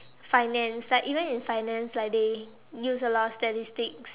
finance like even in finance like they use a lot of statistics